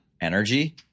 energy